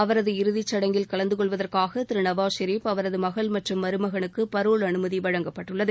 அவரது இறுதிச்சடங்கில் கலந்து கொள்வதற்காக திரு நவாஸ் ஷெரீப் அவரது மகள் மற்றும் மருமகனுக்கு பரோல் அனுமதி வழங்கப்பட்டுள்ளது